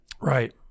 Right